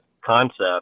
concept